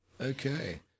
Okay